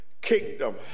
kingdom